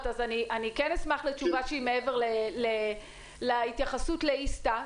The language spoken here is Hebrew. אז אני כן אשמח לתשובה שהיא מעבר להתייחסות לאיסתא,